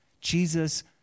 Jesus